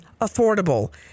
affordable